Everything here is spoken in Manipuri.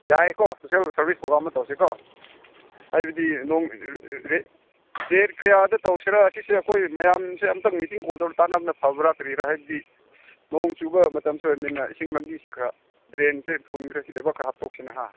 ꯌꯥꯏꯌꯦꯀꯣ ꯁꯣꯁꯦꯜ ꯁꯔꯚꯤꯁ ꯄ꯭ꯔꯣꯒ꯭ꯔꯥꯝ ꯑꯃ ꯇꯧꯔꯁꯤꯀꯣ ꯍꯥꯏꯕꯗꯤ ꯅꯣꯡ ꯗꯦꯠ ꯀꯌꯥꯗ ꯇꯧꯁꯤꯔꯥ ꯑꯁꯤꯁꯤ ꯃꯌꯥꯝꯁꯦ ꯑꯝꯇꯪ ꯃꯤꯇꯤꯡ ꯀꯣꯜ ꯇꯧꯔꯒ ꯇꯥꯅꯕ ꯐꯕ꯭ꯔꯥ ꯀꯔꯤꯔꯥ ꯍꯥꯏꯕꯗꯤ ꯅꯣꯡ ꯆꯨꯕ ꯃꯇꯝꯁꯨ ꯑꯣꯏꯕꯅꯤꯅ ꯏꯁꯤꯡ ꯂꯝꯕꯤꯁꯦ ꯈꯔ ꯗ꯭ꯔꯦꯟꯁꯦ ꯐꯨꯟꯈꯔꯦ ꯁꯤ ꯂꯩꯕꯥꯛ ꯈꯔ ꯍꯥꯞꯇꯣꯛꯁꯤꯅ ꯍꯥ